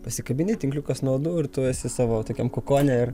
pasikabini tinkliukas nuo uodų ir tu esi savo tokiam kokone ir